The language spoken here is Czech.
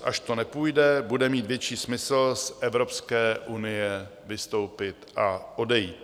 Až to nepůjde, bude mít větší smysl z Evropské unie vystoupit a odejít.